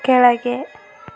ಕೆಳಗೆ